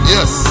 Yes